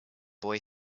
boy